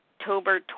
October